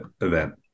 event